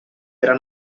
era